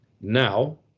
Now